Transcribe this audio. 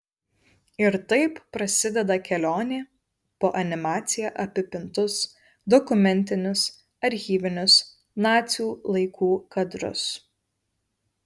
ir taip prasideda kelionė po animacija apipintus dokumentinius archyvinius nacių laikų kadrus